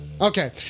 okay